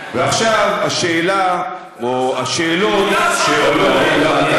ועכשיו השאלה או השאלות שעולות.